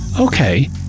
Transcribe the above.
Okay